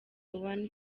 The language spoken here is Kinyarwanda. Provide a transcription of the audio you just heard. one